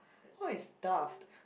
what is daft